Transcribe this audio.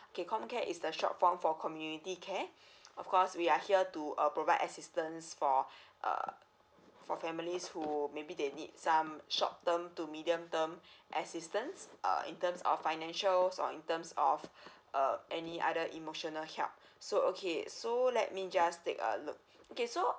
Okay C_O_M care is the short form for community care of course we are here to err provide assistance for err for families who maybe they need some short term to medium term assistance err in terms of financial or in terms of err any other emotional help so okay so let me just take a look okay so